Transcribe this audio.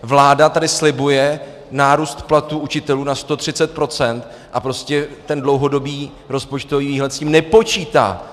Vláda tady slibuje nárůst platů učitelů na 130 procent a ten dlouhodobý rozpočtový výhled s tím nepočítá.